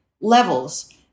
levels